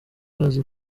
bazi